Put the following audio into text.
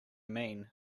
mean